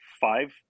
five